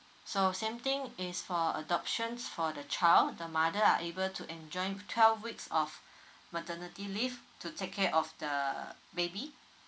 so same thing is for adoption for the child the mother are able to enjoy twelve weeks of maternity leave to take care of the baby